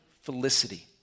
felicity